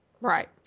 Right